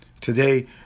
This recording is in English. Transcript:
Today